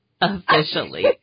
Officially